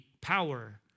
power